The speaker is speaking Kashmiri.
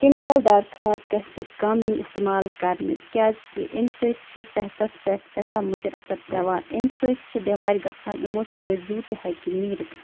کیٚمِکَل دار کھاد گژھِ کَم یِنۍ استعمال کَرنہٕ کیٛازِکہِ امہِ سۭتۍ چھِ صحتَس پٮ۪ٹھ سٮ۪ٹھاہ مُضِر اثر پٮ۪وان ایٚمہِ سۭتۍ چھِ بٮ۪مارِ گژھان یِمو سۭتۍ زُو تہِ ہٮ۪کہِ نیٖرِتھ